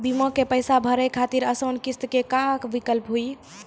बीमा के पैसा भरे खातिर आसान किस्त के का विकल्प हुई?